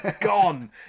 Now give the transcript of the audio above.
gone